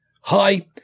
Hi